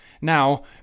now